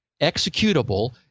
executable